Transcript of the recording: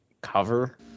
cover